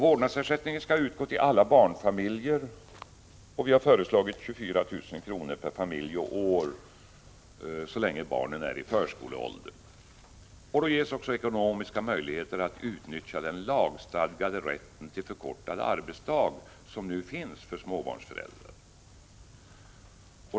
Vårdnadsersättningen skall utgå till alla barnfamiljer, och vi har föreslagit 24 000 kr. per familj och år så länge barnen är i förskoleålder. Då ges också ekonomiska möjligheter att utnyttja den lagstadgade rätt till förkortad arbetsdag som nu finns för småbarnsföräldrar.